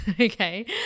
okay